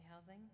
Housing